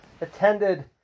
attended